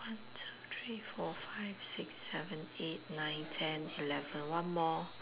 one two three four five six seven eight nine ten eleven one more